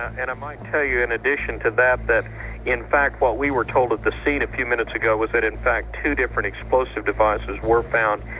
and i might tell you in addition to that, that in fact, what we were told at the scene a few minutes ago was that, in fact, two different explosive devices were found.